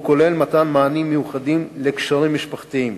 כולל מתן מענים מיוחדים לקשרים משפחתיים,